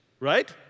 right